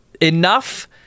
enough